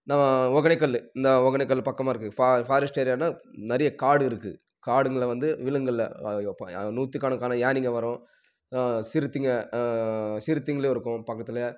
ஒக்கேனக்கல்லு இந்த ஒக்கேனக்கல் பக்கமாக இருக்குது ஃபா ஃபாரஸ்ட் ஏரியானால் நிறைய காடு இருக்குது காடுங்களில் வந்து விலங்குங்களில் நூற்று கணக்கான யானைங்கள் வரும் சிறுத்தைங்கள் சிறுத்தைங்களும் இருக்கும் பக்கத்தில்